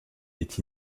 est